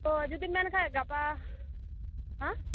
ᱛᱚ ᱡᱩᱫᱤᱢ ᱢᱮᱱ ᱠᱷᱟᱱ ᱜᱟᱯᱟ ᱦᱟᱸ